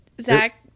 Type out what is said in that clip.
Zach